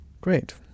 Great